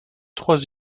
trois